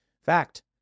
Fact